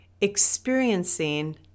experiencing